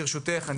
ברשותך,